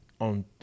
on